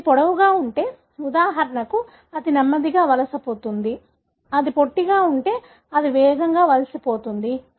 ఇది పొడవుగా ఉంటే ఉదాహరణకు అది నెమ్మదిగా వలసపోతుంది అది పొట్టిగా ఉంటే అది వేగంగా వలసపోతుంది